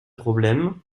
problème